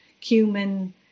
cumin